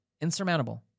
insurmountable